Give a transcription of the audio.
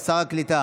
סופר, שר הקליטה.